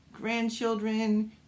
grandchildren